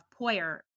Poyer